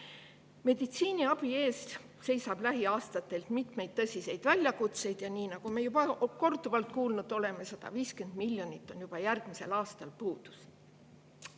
Meditsiiniabi ees seisab lähiaastatel mitmeid tõsiseid väljakutseid, ja nii nagu me juba korduvalt kuulnud oleme, 150 miljonit on juba järgmisel aastal puudu.